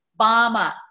Obama